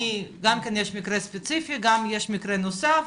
גם כן יש מקרה ספציפי ויש מקרה נוסף.